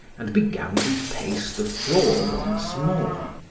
and began to pace the floor once more,